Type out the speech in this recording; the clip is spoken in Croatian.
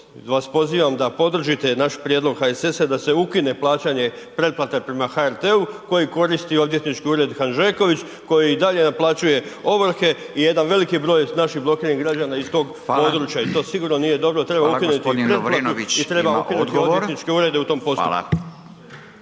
vas pozivam da podržite naš prijedlog HSS-a da se ukine plaćanje pretplate prema HRT-u koji koristi odvjetnički ured Hanžeković koji i dalje naplaćuje ovrhe i jedan veliki broj naših blokiranih građana je iz tog područja. I to sigurno nije dobro, treba ukinuti i pretplatu i treba ukinuti odvjetničke urede u tom postupku.